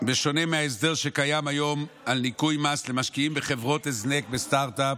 בשונה מההסדר הקיים היום על ניכוי מס למשקיעים בחברות הזנק וסטרטאפ.